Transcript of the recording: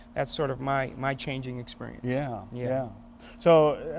that's sort of my my changing experience. yeah yeah. so